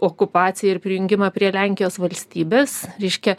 okupaciją ir prijungimą prie lenkijos valstybės reiškia